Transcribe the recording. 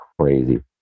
crazy